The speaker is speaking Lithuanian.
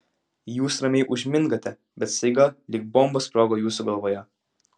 jūs ramiai užmingate bet staiga lyg bomba sprogo jūsų galvoje